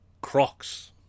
crocs